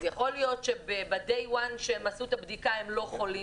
אז יכול להיות שביום הראשון שהם עשו את הבדיקה הם לא חולים,